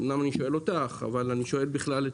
אומנם אני שואל אותך אבל אני שואל בכלל את